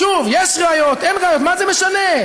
שוב, יש ראיות, אין ראיות, מה זה משנה?